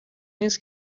نیس